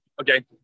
Okay